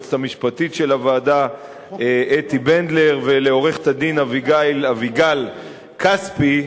ליועצת המשפטית של הוועדה אתי בנדלר ולעורכת-הדין אביגל כספי,